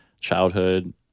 childhood